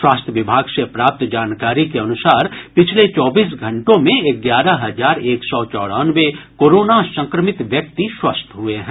स्वास्थ्य विभाग से प्राप्त जानकारी के अनुसार पिछले चौबीस घंटों में ग्यारह हजार एक सौ चौरानवे कोरोना संक्रमित व्यक्ति स्वस्थ हुए हैं